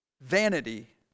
vanity